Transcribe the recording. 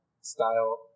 style